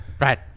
right